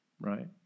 Right